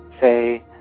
say